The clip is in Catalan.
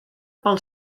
pel